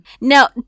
now